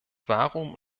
warum